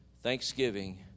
thanksgiving